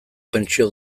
pentsio